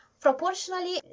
proportionally